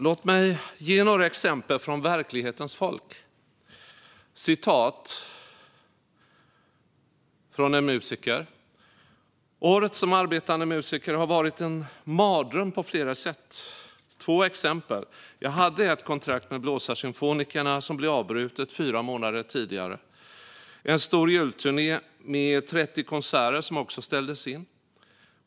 Låt mig ge några exempel från verklighetens folk. Här är ett citat från en musiker: "Året som arbetande musiker har varit en mardröm på flera sätt. Två exempel: jag hade ett kontrakt med Blåsarsymfonikerna som blev avbrutet fyra månader tidigare. En stor julturné med 30 konserter som också ställdes in.